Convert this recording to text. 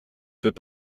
peut